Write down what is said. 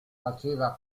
faceva